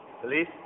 Police